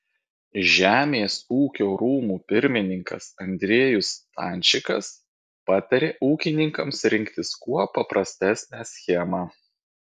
žemės ūkio rūmų pirmininkas andriejus stančikas patarė ūkininkams rinktis kuo paprastesnę schemą